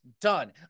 Done